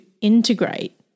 integrate